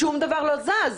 שום דבר לא זז.